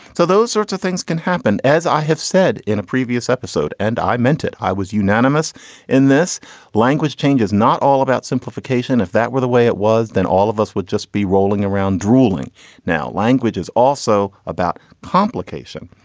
so those sorts of things can happen, as i have said in a previous episode, and i meant it. i was unanimous in this language. change is not all about simplification. if that were the way it was, then all of us would just be rolling around, drooling now. language is also about poplin nation,